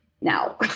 now